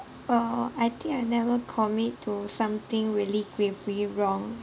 oh I think I never commit to something really gravely wrong